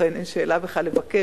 לכן אין שאלה בכלל לבקש,